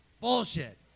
Bullshit